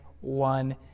one